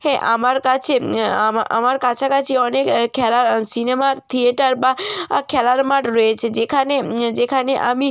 হ্যাঁ আমার কাছে আমা আমার কাছাকাছি অনেক খেলার সিনেমা থিয়েটার বা খেলার মাঠ রয়েছে যেখানে যেখানে আমি